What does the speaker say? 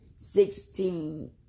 Sixteen